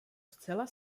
zcela